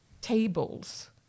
tables